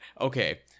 Okay